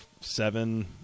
seven